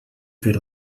fer